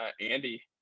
Andy